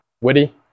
witty